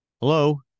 Hello